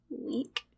week